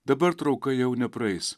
dabar trauka jau nepraeis